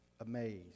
amazed